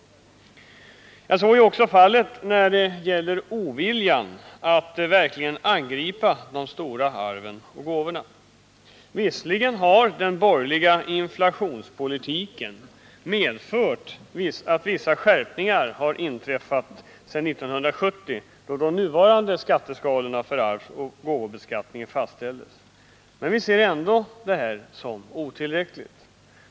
Så är också fallet när det gäller oviljan att verkligen angripa de stora arven och gåvorna. Visserligen har den borgerliga inflationspolitiken medfört vissa skärpningar sedan 1970, då de nuvarande skatteskalorna för arvsoch gåvobeskattningen fastställdes, men vi ser ändå dessa som otillräckliga.